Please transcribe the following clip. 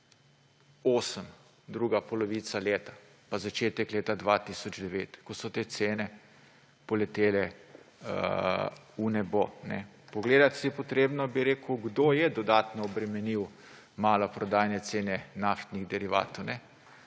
druga polovica leta, pa začetek leta 2009, ko so te cene poletele v nebo. Potrebno si je pogledati, kdo je dodatno obremenil maloprodajne cene naftnih derivatov.